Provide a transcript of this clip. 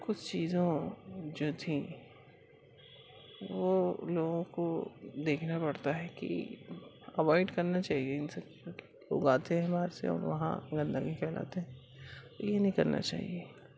کچھ چیزوں جو تھیں وہ لوگوں کو دیکھنا پڑتا ہے کہ اوائڈ کرنا چاہیے ان سب چیزوں کے لوگ آتے ہیں باہر سے اور وہاں گندگی پھیلاتے ہیں یہ نہیں کرنا چاہیے